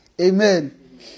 Amen